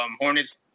Hornets